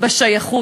בשייכות.